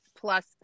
plus